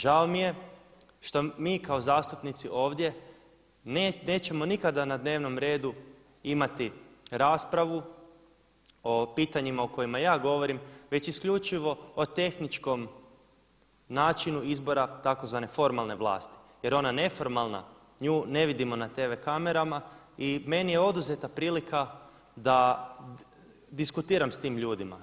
Žao mi je što mi kao zastupnici ovdje nećemo nikada na dnevnom redu imati raspravu o pitanjima o kojima ja govorim već isključivo o tehničkom načinu izbora tzv. formalne vlasti, jer ona neformalna nju ne vidimo na tv kamerama i meni je oduzeta prilika da diskutiram s tim ljudima.